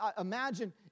imagine